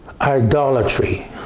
idolatry